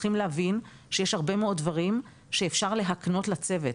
צריך להבין שיש הרבה מאוד דברים שאפשר להקנות לצוות,